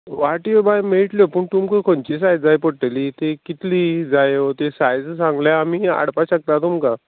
वाटयो बाय मेयटल्यो पूण तुमकां खंयची सायज जाय पडटली ती कितली जायो ती सायज सांगल्या आमी हाडपा शकता तुमकां